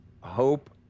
Hope